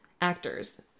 actors